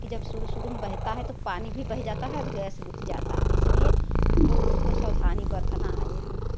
कि जब शुरू शुरू में बहता है तब पानी भी बह जाता है और गैस बुत जाता है इसलिए हमको उसको सवधानी बरतना है ये हम